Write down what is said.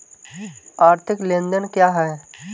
आर्थिक लेनदेन क्या है?